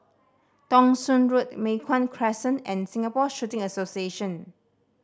Thong Soon Road Mei Hwan Crescent and Singapore Shooting Association